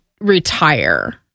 retire